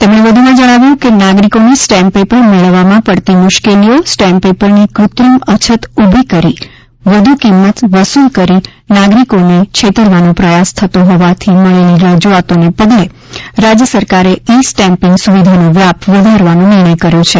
તેમણે વધુમાં જણાવ્યું છે કે નાગરિકોને સ્ટેમ્પ પેપર મેળવવામાં પડતી મુશ્કેલીઓ સ્ટેમ્પ પેપરની કૃત્રિમ અછત ઊભી કરી વધુ કિંમત વસુલ કરી નાગરિકોને છેતરવાનો પ્રયાસ થતો હોવાથી મળેલી રજૂઆતોને પગલે રાજ્ય સરકારે ઇ સ્ટેમ્પિંગ સુવિધાનો વ્યાપ વધારવાનો નિર્ણય કર્યો છે